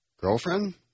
Girlfriend